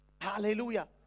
Hallelujah